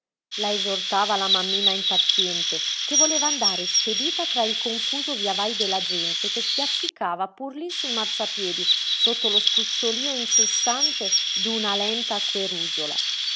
la esortava la mammina impaziente che voleva andare spedita tra il confuso viavai della gente che spiaccicava pur lí sul marciapiedi sotto lo spruzzolío incessante d'una lenta